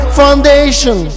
foundation